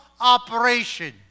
operation